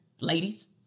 ladies